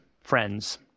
friends